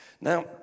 Now